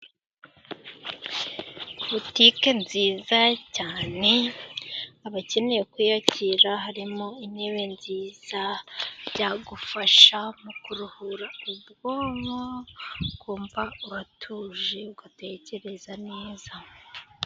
Butike nziza cyane, abakeneye kwiyakira harimo intebe nziza, byagufasha mu kuruhura ubwonko ukumva uratuje ugatekereza neza.